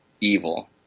evil